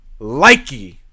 likey